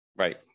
Right